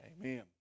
Amen